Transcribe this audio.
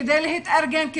כדי להתארגן,